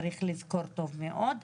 על סדר היום: